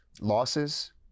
losses